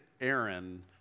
Aaron